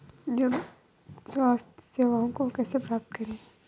जन स्वास्थ्य सेवाओं को कैसे प्राप्त करें?